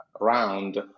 round